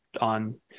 on